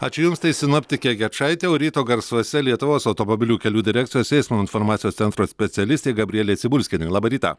ačiū jums tai sinoptikė gečaitė o ryto garsuose lietuvos automobilių kelių direkcijos eismo informacijos centro specialistė gabrielė cibulskienė labą rytą